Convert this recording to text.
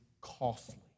costly